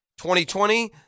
2020